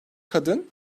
kadın